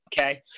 okay